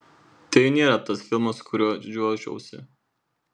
tai nėra tas filmas kuriuo didžiuočiausi